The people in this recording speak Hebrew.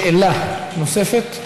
שאלה נוספת.